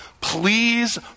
please